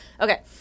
okay